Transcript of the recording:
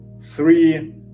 three